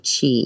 Chi